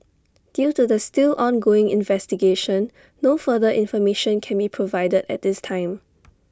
due to the still ongoing investigation no further information can be provided at this time